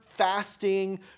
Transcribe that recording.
fasting